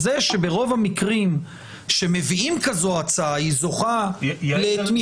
זה שברוב המקרים שמביאים כזו הצעה היא זוכה לתמיכה זה